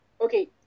Okay